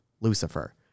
Lucifer